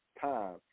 time